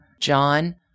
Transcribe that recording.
John